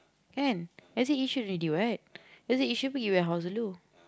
can exit Yishun already what exit Yishun wait you at house alone